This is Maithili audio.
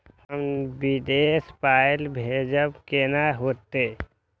हम विदेश पाय भेजब कैना होते?